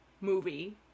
movie